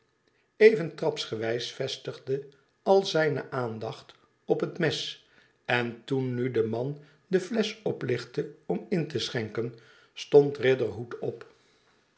even trapsgewijs vestigde zich al zijne aandacht op het mes en toen nu de man de esch oplichtte om in te schenken stond riderhood op